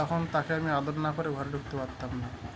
তখন তাকে আমি আদর না করে ঘরে ঢুকতে পারতাম না